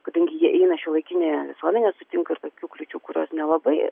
kadangi jie eina šiuolaikinė visuomenė sutinka ir tokių kliūčių kurios nelabai